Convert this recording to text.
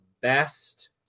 best